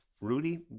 Rudy